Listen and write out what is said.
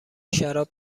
شراب